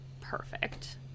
Perfect